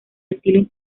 estilo